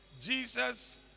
Jesus